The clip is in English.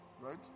right